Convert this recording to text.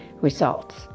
results